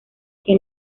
que